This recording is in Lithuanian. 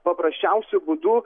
paprasčiausiu būdu